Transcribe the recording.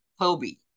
Hobie